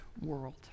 world